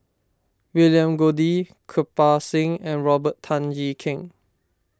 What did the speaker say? William Goode Kirpal Singh and Robert Tan Jee Keng